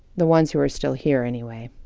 the ones who are still here anyway.